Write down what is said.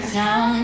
town